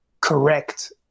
Correct